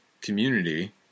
community